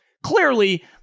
Clearly